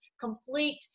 complete